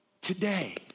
Today